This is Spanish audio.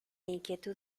inquietud